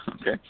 okay